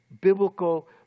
biblical